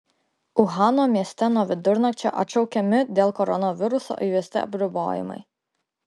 uhano mieste nuo vidurnakčio atšaukiami dėl koronaviruso įvesti apribojimai